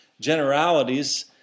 generalities